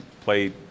played